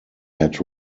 had